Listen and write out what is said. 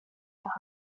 par